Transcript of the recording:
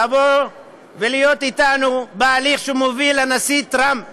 לבוא ולהיות אתנו בהליך שמוביל הנשיא טראמפ,